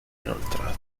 inoltrata